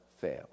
fail